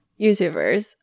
YouTubers